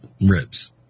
ribs